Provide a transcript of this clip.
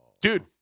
Dude